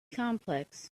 complex